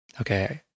okay